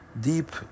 deep